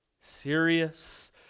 serious